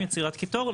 יצירת קיטור,